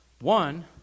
One